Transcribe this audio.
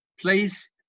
place